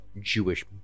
Jewish